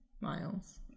Miles